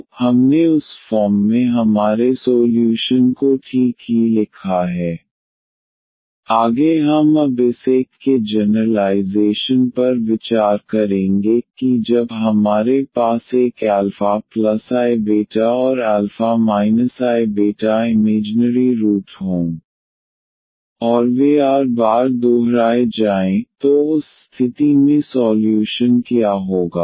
तो हमने उस फॉर्म में हमारे सोल्यूशन को ठीक ही लिखा है yc1eαiβxc2eα iβx yc1eαxeiβxc2eαxe iβx ⟹yeαxc1eiβxc2e iβx yeαxc1cos βxisin βx c2cos βx isin βx yeαxc1c2cos βx isin βx yeαxc1cos βxc2sin βx आगे हम अब इस एक के जनरलाइजेशन पर विचार करेंगे कि जब हमारे पास एक α iβ और α iβ इमेजनरी रूट हों और वे r r बार दोहराए जाएं तो उस स्थिति में सॉल्यूशन क्या होगा